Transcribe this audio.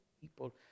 people